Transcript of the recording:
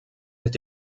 mit